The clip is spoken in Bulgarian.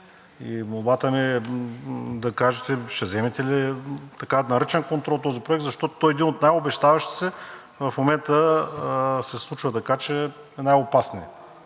Молбата ми е да кажете ще вземете ли на ръчен контрол този проект, защото той е един от най-обещаващите. В момента се случва така, че е най-опасният,